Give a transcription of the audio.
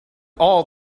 all